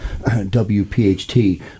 WPHT